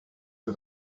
you